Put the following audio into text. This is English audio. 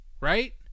right